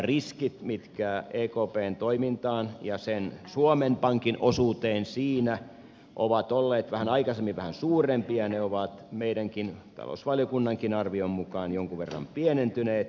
ensinnäkin nämä riskit ekpn toimintaan ja suomen pankin osuuteen siinä ovat olleet vähän aikaisemmin vähän suurempia ne ovat meidänkin talousvaliokunnankin arvion mukaan jonkun verran pienentyneet